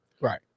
right